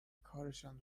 کارشان